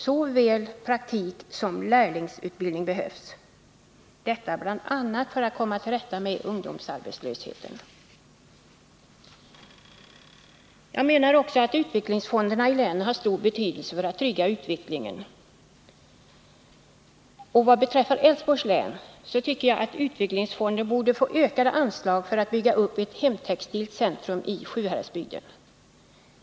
Såväl praktik som lärlingsutbildning behövs, detta bl.a. för att komma till rätta med ungdomsarbetslösheten. Jag menar också att utvecklingsfonderna i länen har stor betydelse för att trygga utvecklingen. Och vad beträffar Älvsborgs län tycker jag att utvecklingsfonden borde få ökade anslag för att bygga upp ett hemtextilt centrum i Sjuhäradsbygden.